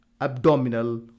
abdominal